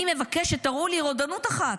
אני מבקש שתראו לי רודנות אחת,